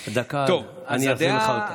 הדקה, אני אחזיר לך אותה.